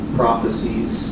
prophecies